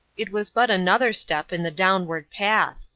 it was but another step in the downward path.